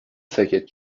ساکت